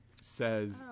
says